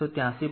51 183